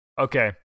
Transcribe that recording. Okay